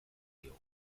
diogu